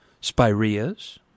spireas